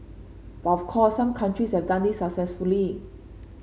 but of course some countries have done this successfully